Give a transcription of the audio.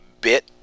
bit